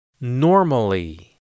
Normally